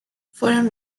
fueron